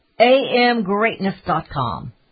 AMGreatness.com